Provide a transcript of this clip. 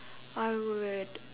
I would